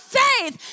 faith